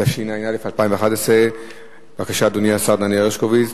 התשע"א 2011. בבקשה, אדוני השר דניאל הרשקוביץ.